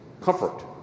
comfort